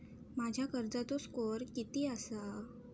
माझ्या कर्जाचो स्कोअर किती आसा?